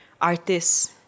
artists